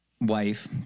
wife